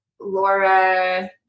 Laura